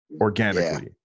organically